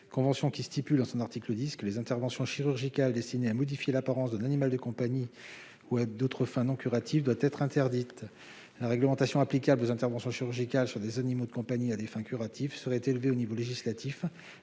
dont l'article 10 prévoit que les interventions chirurgicales destinées à modifier l'apparence d'un animal de compagnie ou à d'autres fins non curatives doivent être interdites. La réglementation applicable aux interventions chirurgicales sur des animaux de compagnie à des fins curatives serait élevée au niveau législatif,